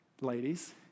ladies